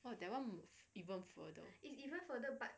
!wah! that [one] move even further